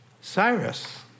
cyrus